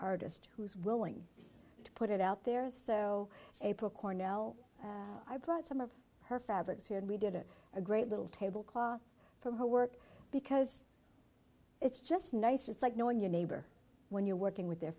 artist who's willing to put it out there so april cornell i brought some of her fabrics here and we did it a great little tablecloth from her work because it's just nice it's like knowing your neighbor when you're working with their